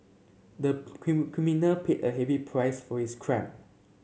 the criminal paid a heavy price for his crime